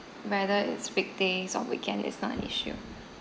whether it's weekdays or weekend is not an issue